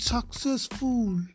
Successful